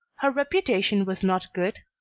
her reputation was not good,